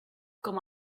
com